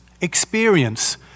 experience